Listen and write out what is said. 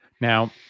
now